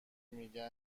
میگه